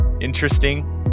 interesting